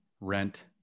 rent